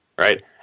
Right